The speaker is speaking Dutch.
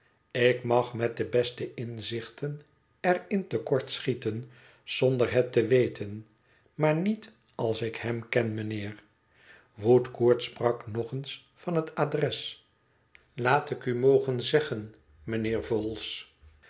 ik mag met de beste inzichten er in te kort schieten zonder het te weten maar niet als ik hem ken mijnheer woodcourt sprak nog eens van het adres laat ik u mogen zeggen mijnheer